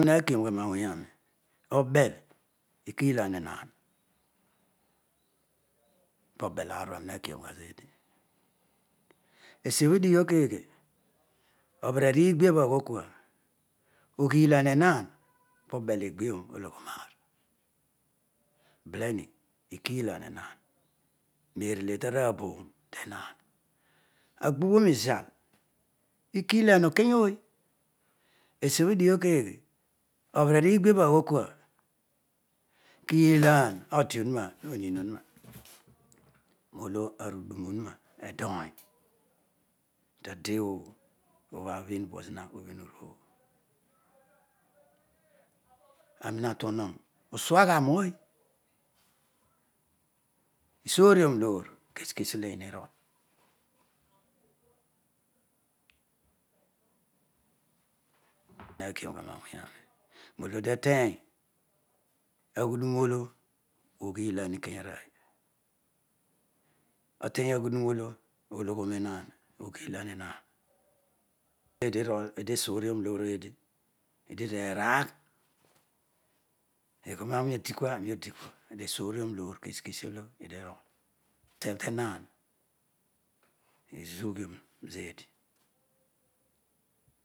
Naakion ugha roor wony aroi killan euaah pobel aar aro: haakon gha zeedi esiobho adighi obho keeghe? Obereer iigbiabho aghookua oghill lor ehaan pobel egbioro ologhoroaar beleni ikillan enaan perele tara baooro tenaan aghebion izal /killan okeyooy esrobho idighiobho keghe obereer iiyohabho akool hua killan odeowur na onii ohuroa nolo oghuduno onuna adooin tade obhobho ubhrin bozina uru obho ana wa tuoroon, usuallgha mooy isoor lor loor hakiogha roawonyaroi nolo adiatery roa- ghudurolo oghilan ikeyarooy ateny agho duro olo oghilan ikeyarooy otery aghuduromolo oghirian ehaan, eedi irol eedi esorion lor eedi eedi deraagh teghoroo aaro, odikua aarol, odikua, esorwro loor kesi kesi olo eedi irol sebh tehaan ezuughioro zeedi.